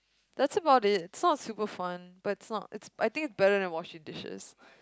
that's about it it's not super fun but it's not it's I think it's better than washing dishes